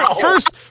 First